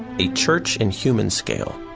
a church in human scale.